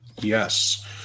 yes